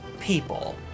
people